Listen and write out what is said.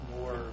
more